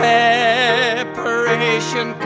separation